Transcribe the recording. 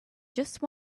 just